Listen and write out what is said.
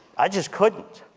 i just couldn't.